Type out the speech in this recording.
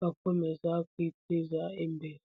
bakomeza kwiteza imbere.